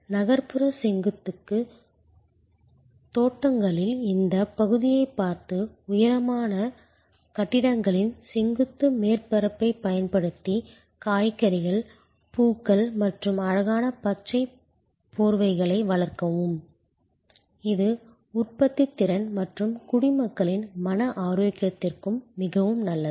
நகர்ப்புற செங்குத்துத் தோட்டங்களின் இந்தப் பகுதியைப் பார்த்து உயரமான உயரமான கட்டிடங்களின் செங்குத்து மேற்பரப்பைப் பயன்படுத்தி காய்கறிகள் பூக்கள் மற்றும் அழகான பச்சைப் போர்வைகளை வளர்க்கவும் இது உற்பத்தித் திறன் மற்றும் குடிமக்களின் மன ஆரோக்கியத்திற்கும் மிகவும் நல்லது